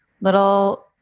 little